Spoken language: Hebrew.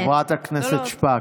חברת הכנסת שפק,